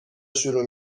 شروع